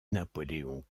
napoléon